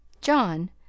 John